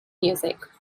music